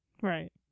Right